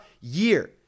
year